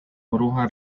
bruja